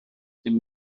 dim